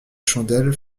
chandelle